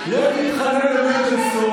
50%. אתה יודע שיהודה שפר,